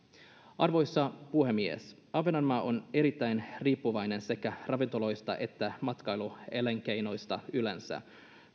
arvoisa puhemies ahvenanmaa on erittäin riippuvainen sekä ravintoloista että matkailuelinkeinosta yleensä